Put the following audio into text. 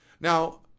Now